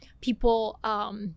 people